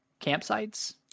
campsites